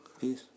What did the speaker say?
Peace